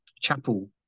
chapel